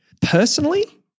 Personally